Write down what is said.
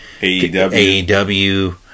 AEW